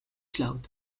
cloud